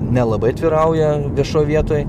nelabai atvirauja viešoj vietoj